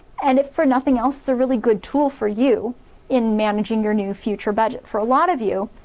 and if for nothing else, it's a really good tool for you in managing your new future budget. for a lot of you,